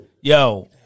yo